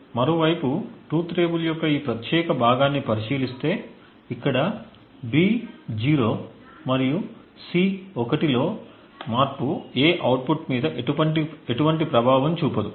మరోవైపు truth table యొక్క ఈ ప్రత్యేక భాగాన్ని పరిశీలిస్తే ఇక్కడ B 0 మరియు C 1 లో మార్పు A అవుట్పుట్ మీద ఎటువంటి ప్రభావం చూపదు